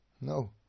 No